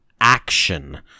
action